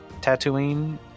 Tatooine